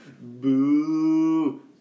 boo